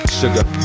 sugar